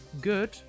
good